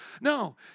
No